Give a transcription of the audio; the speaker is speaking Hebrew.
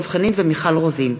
דב חנין ומיכל רוזין.